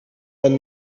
and